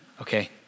Okay